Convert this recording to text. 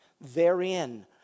Therein